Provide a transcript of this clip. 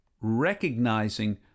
recognizing